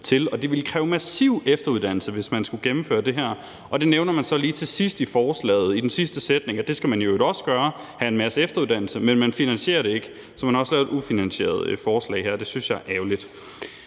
det ville kræve massiv efteruddannelse, hvis man skulle gennemføre det her. Man nævner så lige i den sidste sætning i forslaget, at det skal man i øvrigt også gøre, altså have en masse efteruddannelse, men man finansierer det ikke. Så man har også lavet et ufinansieret forslag her, og det synes jeg er ærgerligt.